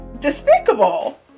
despicable